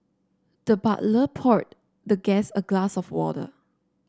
the butler poured the guest a glass of water